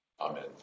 Amen